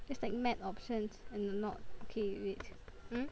it's like matte options or not okay wait hmm